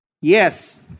Yes